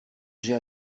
j’ai